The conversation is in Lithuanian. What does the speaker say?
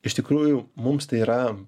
iš tikrųjų mums tai yra